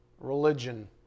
religion